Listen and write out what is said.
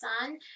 Sun